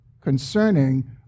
concerning